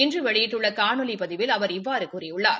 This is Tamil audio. இன்று வெளியிட்டுள்ள காணொலி பதிவில் அவர் இவ்வாறு கூறியுள்ளார்